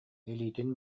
илиитин